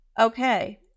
Okay